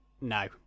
No